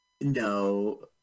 No